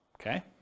Okay